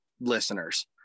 listeners